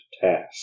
task